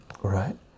right